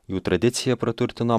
jų tradicija praturtino